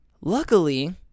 Luckily